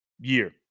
year